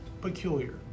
peculiar